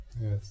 Yes